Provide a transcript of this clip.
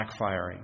backfiring